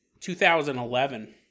2011